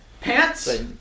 pants